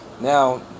Now